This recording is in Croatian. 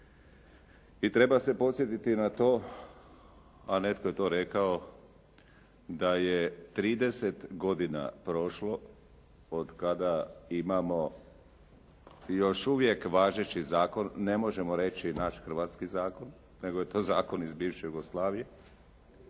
I treba se podsjetiti na to, a netko je to rekao da je 30 godina prošlo od kada imamo još uvijek važeći zakon, ne možemo reći naš hrvatski zakon nego je to zakon iz bivše Jugoslavije.